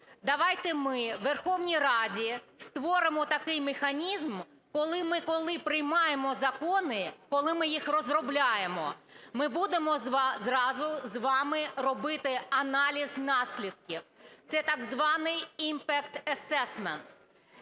Давайте ми в Верховній Раді створимо такий механізм, коли ми приймаємо закони, коли ми їх розробляємо, ми будемо зразу з вами робити аналіз наслідків, це так званий Impact Assessment.